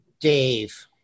dave